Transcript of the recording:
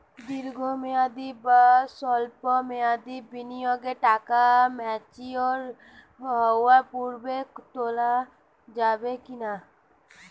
দীর্ঘ মেয়াদি বা সল্প মেয়াদি বিনিয়োগের টাকা ম্যাচিওর হওয়ার পূর্বে তোলা যাবে কি না?